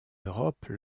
europe